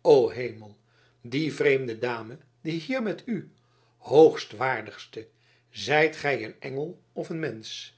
o hemel die vreemde dame die hier met u hoogwaardigste zijt gij een engel of een mensch